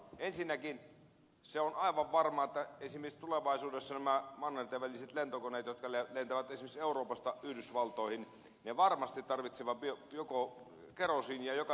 ensinnäkin se on aivan varmaa että esimerkiksi tulevaisuudessa nämä mannertenväliset lentokoneet jotka lentävät esimerkiksi euroopasta yhdysvaltoihin tarvitsevat kerosiinia joka tapauksessa